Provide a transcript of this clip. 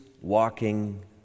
walking